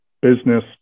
business